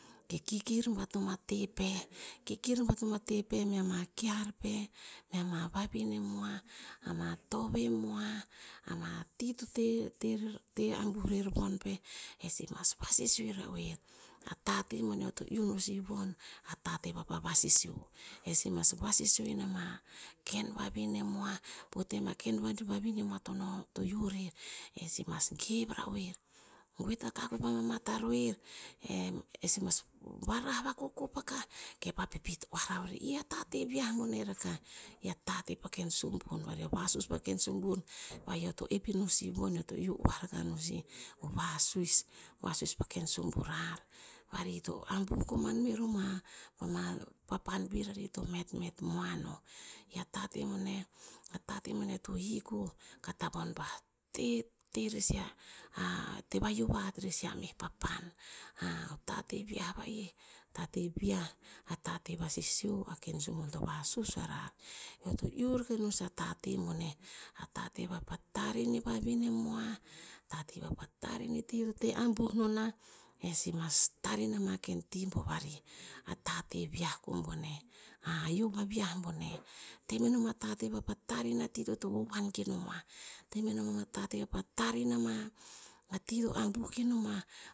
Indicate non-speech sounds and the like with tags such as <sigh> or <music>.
Ke kikir bat nom a te peh, ke kikir bat nom a te peh mea ama kear peh, me ama vavinem moah, ama tove moah, ama ti to te- terer te abuh rer pa von peh. E sih mas vasisio i ra'oer. A tate boneh eo to iu no sih von, a tate va pa vasisio. E si mas vasisio ina ma ken vavine moah po tem o ken va- vavine moah to no to hio rer e si mas gev ra'oer. Goe ta kakoe pa ma- mata roer. Eh- eh si mas varah vakokop akah ke pa pipit oah ra'oer. I a tate viah boneh rakah. I a tate pa ken subun vari o vasus po ken subun. Va'ih eo to ep eno sih von eo to iu oah rakah no sih. O vasus- vasus pa ken suburar vari to abuh koman mero ma. Ama papan pir rarih to metmet moan o. I a tate boneh- a tate boneh to hik o, ka tavon pa te- te rer sih ah- ah te va hio vahat rer sih a meh papan. <hesitation> tate viah va'ih, tate vi'ah, a vi'ah, a tate vasisio a ken subun to vasuis o arar. Eo to iu rakah no sih a tate boneh. A tate vapa tar ine vavine moah, tate va pa tar ine ti te ambuh no nah. E sih mas tar ina ma ken ti bovarih. A tate viah ko boneh. <hesitation> hio vaviah boneh. Te menom o tate vapa tar ina ti to vovoan ke no moah. Te menom ama tate vapa tar ina ma ti to abuh ke no moah